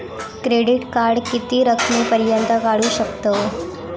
Credit card किती रकमेपर्यंत काढू शकतव?